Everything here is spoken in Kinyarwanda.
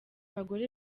abagore